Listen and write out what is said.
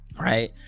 right